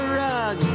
rug